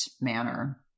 manner